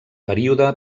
període